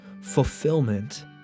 fulfillment